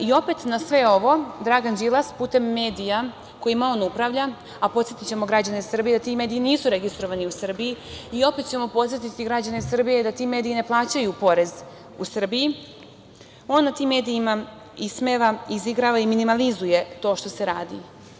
I opet na sve ovo Dragan Đilas putem medija kojima on upravlja, a podsetićemo građane Srbije da ti mediji nisu registrovani u Srbiji i opet ćemo podsetiti građane Srbije da ti mediji ne plaćaju porez u Srbiji, on na tim medijima ismeva, izigrava i minimalizuje to što se radi.